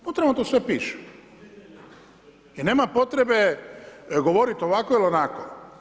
Unutra vam to sve piše i nema potrebe govoriti ovako ili onako.